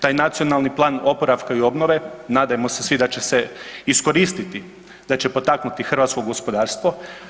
Taj Nacionalni plan oporavka i obnove nadajmo se svi da će se iskoristiti, da će potaknuti hrvatsko gospodarstvo.